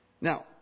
Now